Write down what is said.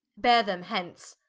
beare them hence.